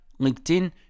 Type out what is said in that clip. LinkedIn